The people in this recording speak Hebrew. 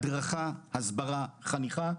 הדרכה, הסברה, חניכה,